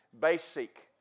basic